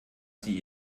sie